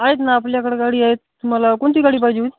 आहेत ना आपल्याकडं गाडी आहेत तुम्हाला कोणती गाडी पाहिजे